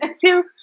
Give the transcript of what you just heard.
two